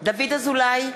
דוד אזולאי,